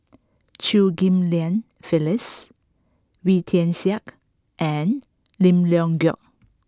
Chew Ghim Lian Phyllis Wee Tian Siak and Lim Leong Geok